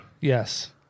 Yes